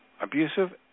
abusive